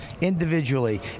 individually